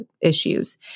issues